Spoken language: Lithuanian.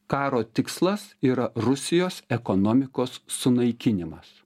karo tikslas yra rusijos ekonomikos sunaikinimas